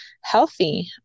healthy